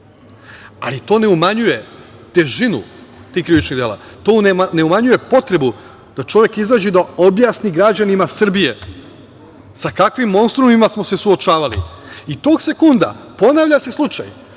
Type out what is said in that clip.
ali to ne umanjuje težinu tih krivičnih dela. To ne umanjuje potrebu da čovek izađe i objasni građanima Srbije sa kakvim monstrumima smo se suočavali i tog sekunda ponavlja se slučaj.